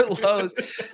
lows